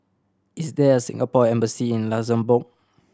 is there a Singapore Embassy in Luxembourg